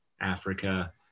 Africa